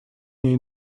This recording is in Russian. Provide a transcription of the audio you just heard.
ней